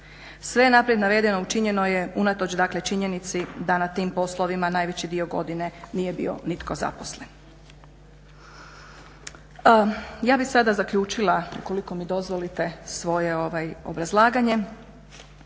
Sve naprijed navedeno učinjeno je unatoč, dakle činjenici da na tim poslovima najveći dio godine nije bio nitko zaposlen. Ja bih sada zaključila ukoliko mi dozvolite svoje obrazlaganje,